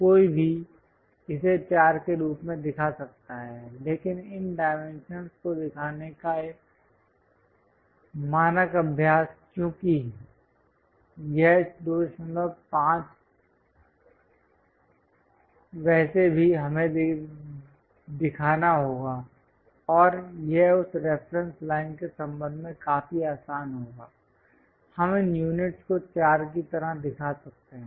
कोई भी इसे 4 के रूप में दिखा सकता है लेकिन इन डायमेंशन को दिखाने का मानक अभ्यास क्योंकि यह 25 वैसे भी हमें दिखाना होगा और यह उस रेफरेंस लाइन के संबंध में काफी आसान होगा हम इन यूनिट को 4 की तरह दिखा सकते हैं